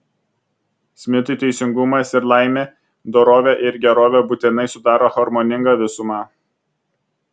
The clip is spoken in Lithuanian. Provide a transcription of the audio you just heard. smitui teisingumas ir laimė dorovė ir gerovė būtinai sudaro harmoningą visumą